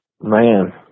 man